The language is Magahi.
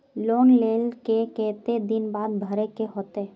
लोन लेल के केते दिन बाद भरे के होते?